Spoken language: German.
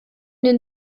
den